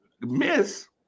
Miss